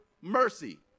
mercy